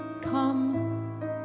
Come